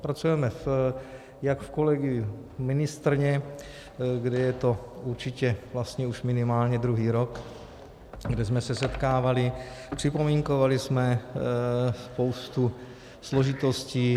Pracujeme jak v kolegiu ministryně, kde je to určitě vlastně už minimálně druhý rok, kde jsme se setkávali, připomínkovali jsme spoustu složitostí.